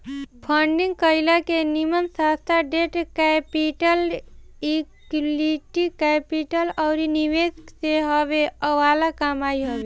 funding कईला के निमन रास्ता डेट कैपिटल, इक्विटी कैपिटल अउरी निवेश से हॉवे वाला कमाई हवे